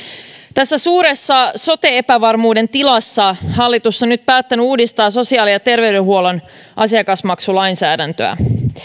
tässä suuressa sote epävarmuuden tilassa hallitus on nyt päättänyt uudistaa sosiaali ja terveydenhuollon asiakasmaksulainsäädäntöä